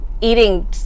eating